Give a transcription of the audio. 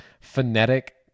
phonetic